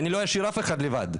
כי אני לא אשאיר אף אחד לבד,